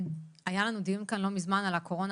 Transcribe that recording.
היה לנו דיון כאן לא מזמן על הקורונה